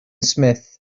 smith